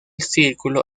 círculo